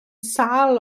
sâl